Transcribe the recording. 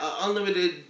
unlimited